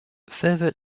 further